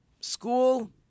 School